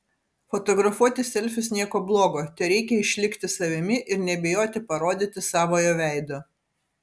fotografuoti selfius nieko blogo tereikia išlikti savimi ir nebijoti parodyti savojo veido